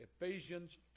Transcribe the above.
Ephesians